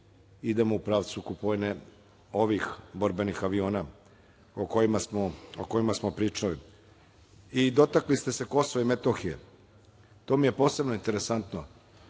idemo u pravcu kupovine ovih borbenih aviona o kojima smo pričali. Dotakli smo se KiM. To mi je posebno interesantno.